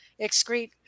excrete